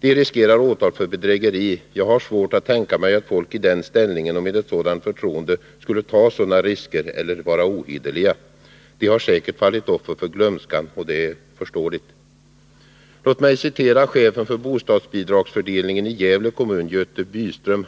De riskerar åtal för bedrägeri. Men jag har svårt att tänka mig att folk i den ställningen och med sådant förtroende skulle ta sådana risker eller vara ohederliga. De har säkert fallit offer för glömskan, och det är förståeligt. Låt mig citera chefen för bostadsbidragsfördelningen i Gävle kommun, Göte Byström.